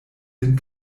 sin